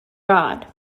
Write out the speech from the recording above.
god